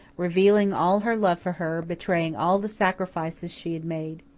revealing all her love for her, betraying all the sacrifices she had made.